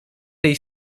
tej